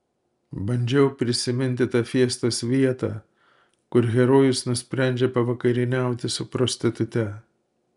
bandžiau prisiminti tą fiestos vietą kur herojus nusprendžia pavakarieniauti su prostitute